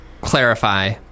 clarify